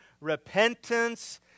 repentance